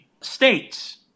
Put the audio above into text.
states